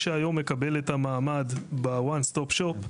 שהיום מקבל את המעמד ב-"one stop shop",